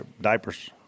Diapers